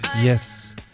Yes